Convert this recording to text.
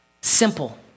simple